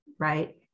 right